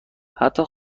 حتی